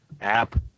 app